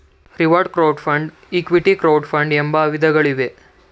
reward crowd fund, equity crowd fund ಎಂಬ ವಿಧಗಳಿವೆ